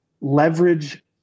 leverage